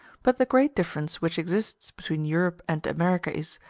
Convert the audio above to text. but the great difference which exists between europe and america is,